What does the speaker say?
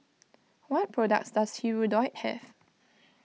what products does Hirudoid have